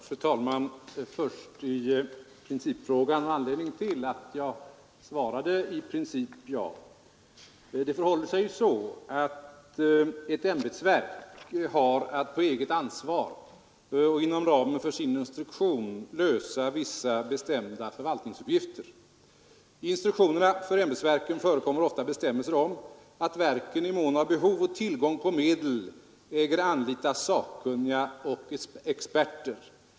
Fru talman! Först till anledningen till att jag svarade: ”I princip, ja.” Det förhåller sig så att ett ämbetsverk har att på eget ansvar och inom ramen för sin instruktion sköta vissa bestämda förvaltningsuppgifter. I instruktionerna för ämbetsverken förekommer ofta bestämmelser om att verken i mån av behov och tillgång på medel äger anlita sakkunniga och experter.